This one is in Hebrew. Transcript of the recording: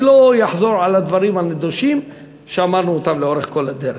אני לא אחזור על הדברים הנדושים שאמרנו לאורך כל הדרך.